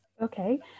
okay